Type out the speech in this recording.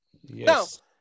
Yes